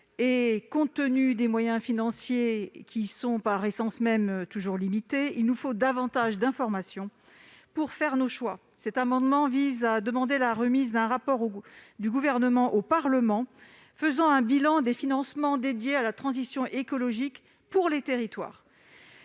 et compte tenu des moyens financiers, qui sont par essence même toujours limités, il nous faut davantage d'informations pour faire nos choix. Cet amendement vise à demander la remise d'un rapport du Gouvernement au Parlement faisant un bilan des financements dédiés à la transition écologique pour les territoires.